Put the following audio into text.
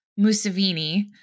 Museveni